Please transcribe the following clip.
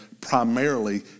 primarily